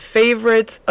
favorites